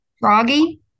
froggy